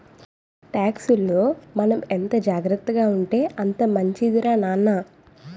టాక్సుల్లో మనం ఎంత జాగ్రత్తగా ఉంటే అంత మంచిదిరా నాన్న